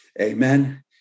Amen